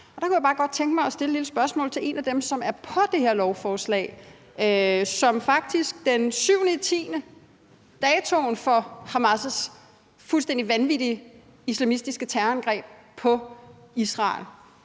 Der kunne jeg bare godt tænke mig at stille et lille spørgsmål om en af dem, som er på det her lovforslag, og som faktisk den 7. oktober, datoen for Hamas' fuldstændig vanvittige islamistiske terrorangreb på Israel,